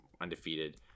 undefeated